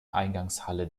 eingangshalle